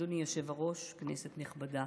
אדוני היושב-ראש, כנסת נכבדה,